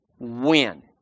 Win